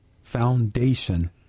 foundation